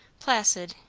placid,